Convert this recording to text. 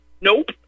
Nope